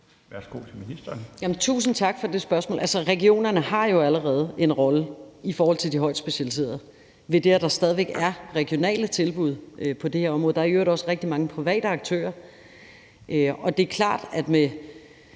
Rosenkrantz-Theil): Tusind tak for det spørgsmål. Regionerne har jo allerede en rolle i forhold til det højtspecialiserede område, idet der stadig væk er regionale tilbud på det her område. Der er i øvrigt også rigtig mange private aktører. Og det er klart, at med